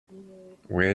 where